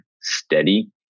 steady